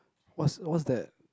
what's what's that